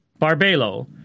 Barbelo